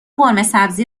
قرمهسبزی